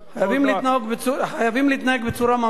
חייבים להתנהג בצורה ממלכתית.